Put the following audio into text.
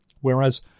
Whereas